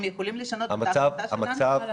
הם יכולים לשנות את ההחלטה שלנו?